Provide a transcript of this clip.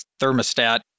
thermostat